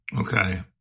Okay